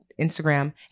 Instagram